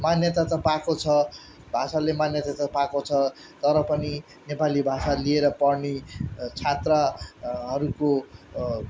मान्यता त पाएको छ भाषाले मान्यता त पाएको छ तर पनि नेपाली भाषा लिएर पढ्ने छात्रहरूको